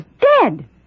Dead